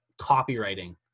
copywriting